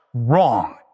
wrong